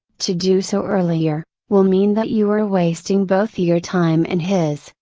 to do so earlier, will mean that you are wasting both your time and his,